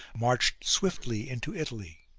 marched swiftly into italy.